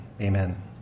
amen